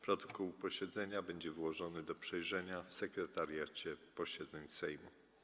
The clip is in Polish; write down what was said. Protokół posiedzenia będzie wyłożony do przejrzenia w Sekretariacie Posiedzeń Sejmu.